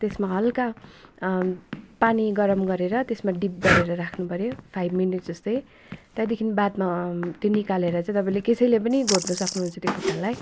त्यसमा हल्का पानी गरम गरेर त्यसमा डिप गरेर राख्नुपऱ्यो फाइभ मिनट्स जस्तै त्यहाँदेखि बादमा त्यो निकालेर चाहिँ तपाईँले कसैले पनि घोट्न सक्नुहुन्छ त्यो खुट्टालाई